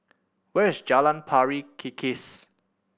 where is Jalan Pari Kikis